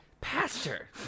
Pastor